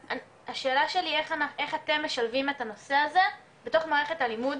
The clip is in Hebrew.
השאלה שלי איך אתם משלבים את הנושא הזה בתוך מערכת הלימוד,